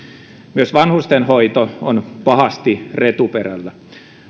myös vanhustenhoito on pahasti retuperällä